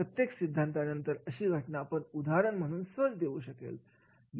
प्रत्येक सिद्धान्ता नंतर अशी घटना आपण उदाहरण म्हणून सहज देऊ शकेल